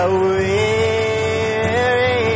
weary